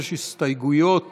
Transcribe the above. יש הסתייגויות